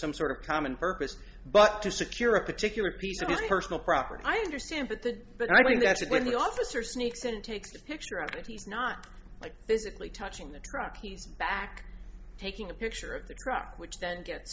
some sort of common purpose but to secure a particular piece of a personal property i understand but the but i think that's when the officer sneaks in takes a picture of it he's not like physically touching the truck he's back taking a picture of the truck which then get